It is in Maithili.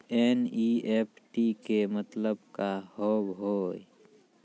एन.ई.एफ.टी के मतलब का होव हेय?